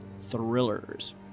thrillers